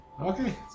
Okay